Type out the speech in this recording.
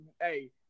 hey